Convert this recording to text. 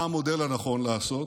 מה המודל הנכון לעשות?